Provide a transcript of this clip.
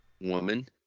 Woman